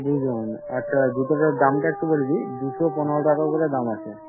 দুজন আচ্ছা জুতোটার দামটা একটু বলে দিই দুশো পনেরো টাকা করে দাম আছে